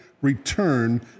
return